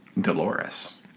Dolores